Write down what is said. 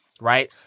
right